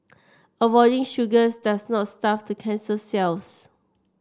avoiding sugars does not starve the cancer cells